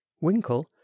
winkle